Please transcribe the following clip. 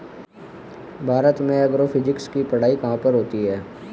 भारत में एग्रोफिजिक्स की पढ़ाई कहाँ पर होती है?